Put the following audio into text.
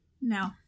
No